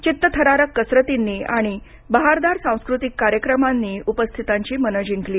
चित्तथरारक कसरतींनी आणि बहारदार सांस्कृतिक कार्यक्रमांनी उपस्थितांची मनं जिंकली